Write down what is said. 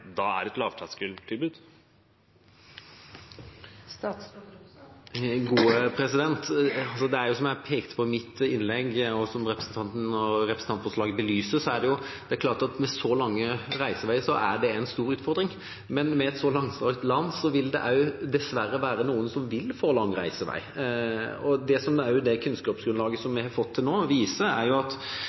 da er et lavterskeltilbud? Som jeg pekte på i mitt innlegg, og som representantforslaget belyser, er det klart at med så lang reisevei er det en stor utfordring, men med et så langstrakt land vil det også dessverre være noen som vil få lang reisevei. Det som kunnskapsgrunnlaget vi har fått til nå, også viser, er at